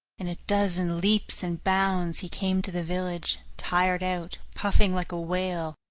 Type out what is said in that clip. in a dozen leaps and bounds, he came to the village, tired out, puffing like a whale,